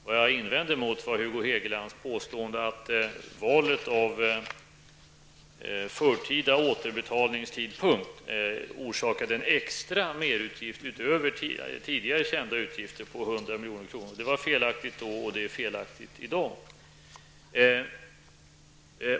Vad jag invänder emot är Hugo Hegelands påstående att valet av förtida återbetalningstidpunkt orsakar en extra merutgift utöver tidigare kända utgifter på 100 miljoner. Det var felaktigt då, och det är felaktigt i dag.